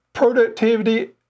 Productivity